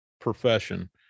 profession